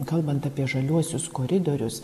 kalbant apie žaliuosius koridorius